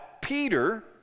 peter